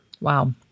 Wow